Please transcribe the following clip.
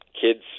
kids